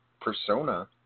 persona